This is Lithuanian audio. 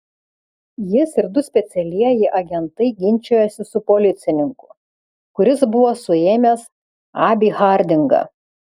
jis ir du specialieji agentai ginčijosi su policininku kuris buvo suėmęs abį hardingą